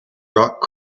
rock